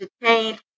detained